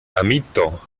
amito